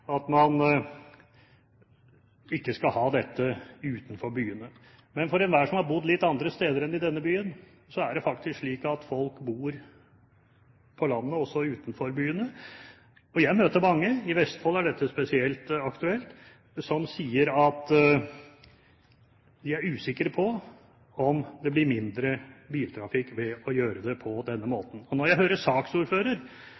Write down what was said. at man ikke skal ha kjøpesentre utenfor byene. Men enhver som har bodd litt andre steder enn i denne byen, vet at det faktisk er slik at folk også bor på landet, utenfor byene. Jeg møter mange – i Vestfold er dette spesielt aktuelt – som sier at de er usikre på om det blir mindre biltrafikk ved å gjøre det på denne